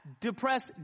Depressed